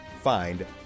find